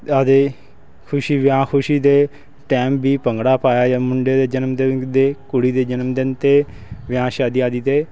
ਆਪਣੀ ਖੁਸ਼ੀ ਵਿਆਹ ਖੁਸ਼ੀ ਦੇ ਟੈਮ ਵੀ ਭੰਗੜਾ ਪਾਇਆ ਜਾਂਦਾ ਮੁੰਡੇ ਦੇ ਜਨਮਦਿਨ ਕੁੜੀ ਦੇ ਜਨਮਦਿਨ 'ਤੇ ਵਿਆਹ ਸ਼ਾਦੀ ਆਦਿ 'ਤੇ